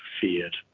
feared